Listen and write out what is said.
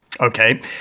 Okay